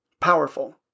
powerful